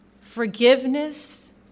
Forgiveness